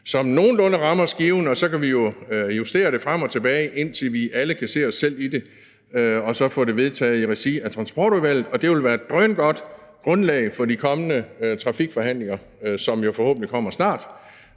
som nogenlunde rammer skiven, og så kan vi jo justere det frem og tilbage, indtil vi alle kan se os selv i det og så få det vedtaget, dvs. i Transportudvalget. Det vil være et drøngodt grundlag for de kommende trafikforhandlinger, som jo forhåbentlig kommer snart.